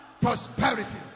prosperity